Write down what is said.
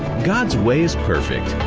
god's way is perfect.